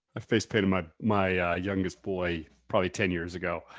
ah face painted my my youngest boy, probably ten years ago